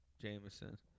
Jameson